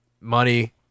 money